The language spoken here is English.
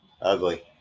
Ugly